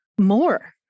more